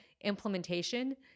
implementation